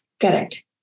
Correct